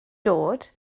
dod